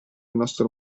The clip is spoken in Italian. nostro